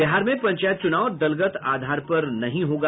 बिहार में पंचायत चुनाव दलगत आधार पर नहीं होगा